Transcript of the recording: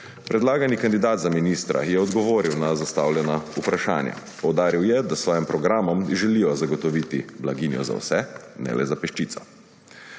Predlagani kandidat za ministra je odgovoril na zastavljena vprašanja. Poudaril je, da s svojim programom želi zagotoviti blaginjo za vse, ne le za peščico.